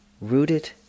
rooted